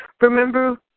Remember